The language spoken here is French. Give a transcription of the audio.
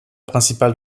principal